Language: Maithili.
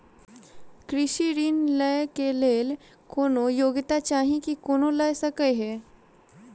कृषि ऋण लय केँ लेल कोनों योग्यता चाहि की कोनो लय सकै है?